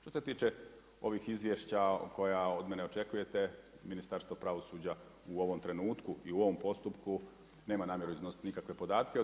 Što se tiče ovih izvješća koja od mene očekujete, Ministarstvo pravosuđa u ovom trenutku i u ovom postupku nema namjeru iznositi nikakve podatke.